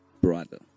Brother